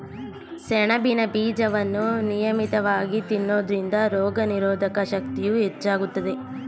ಸೆಣಬಿನ ಬೀಜವನ್ನು ನಿಯಮಿತವಾಗಿ ತಿನ್ನೋದ್ರಿಂದ ರೋಗನಿರೋಧಕ ಶಕ್ತಿಯನ್ನೂ ಹೆಚ್ಚಿಸ್ತದೆ